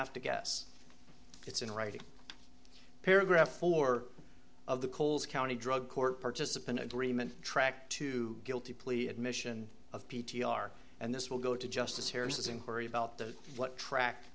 have to guess it's in writing paragraph four of the coles county drug court participant agreement track two guilty plea admission of p t r and this will go to justice harris's inquiry about the track